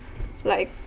like